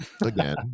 again